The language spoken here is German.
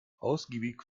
ausgiebig